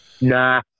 Nah